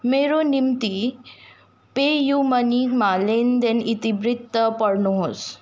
मेरो निम्ति PayU मनीमा लेनदेन इतिवृत्त पढ्नुहोस्